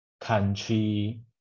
country